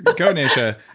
but go nasha.